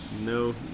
No